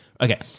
Okay